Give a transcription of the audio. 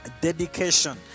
dedication